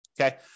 Okay